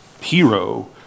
hero